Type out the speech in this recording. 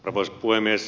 arvoisa puhemies